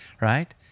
right